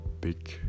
big